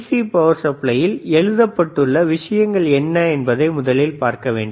C power சப்ளையில் எழுதப்பட்டுள்ள விஷயங்கள் என்ன என்பதை முதலில் பார்க்க வேண்டும்